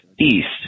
east